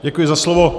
Děkuji za slovo.